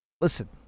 Listen